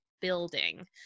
building